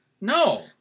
No